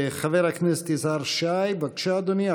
חבר הכנסת יזהר שי, בבקשה, אדוני.